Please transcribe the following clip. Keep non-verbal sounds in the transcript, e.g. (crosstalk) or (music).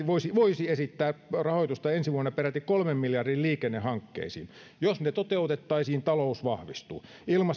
(unintelligible) voisi voisi esittää rahoitusta ensi vuonna peräti kolmen miljardin liikennehankkeisiin jos ne toteutettaisiin talous vahvistuu